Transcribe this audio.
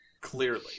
Clearly